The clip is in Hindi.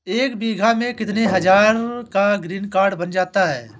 एक बीघा में कितनी हज़ार का ग्रीनकार्ड बन जाता है?